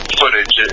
footage